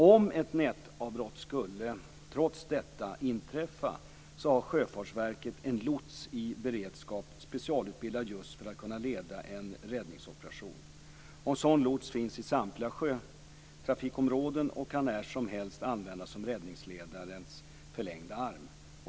Om ett nätavbrott trots allt skulle inträffa har Sjöfartsverket en lots i beredskap, specialutbildad för att leda en räddningsoperation. En sådan lots finns i samtliga sjötrafikområden och kan när som helst användas som räddningsledarens förlängda arm.